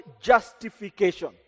justification